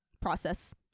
process